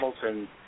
Hamilton